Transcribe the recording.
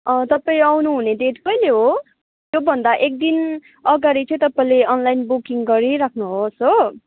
तपाईँ आउनुहुने डेट कहिले हो त्योभन्दा एकदिन अगाडि चाहिँ तपाईँले अनलाइन बुकिङ गरिराख्नुहोस् हो